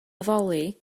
addoli